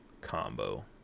combo